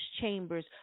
chambers